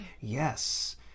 Yes